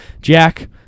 Jack